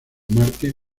mártir